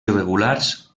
irregulars